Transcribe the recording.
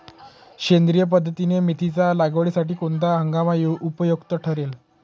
सेंद्रिय पद्धतीने मेथीच्या लागवडीसाठी कोणता हंगाम उपयुक्त ठरेल?